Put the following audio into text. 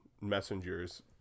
messengers